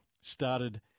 started